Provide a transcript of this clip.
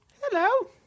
hello